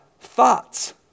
thoughts